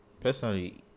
personally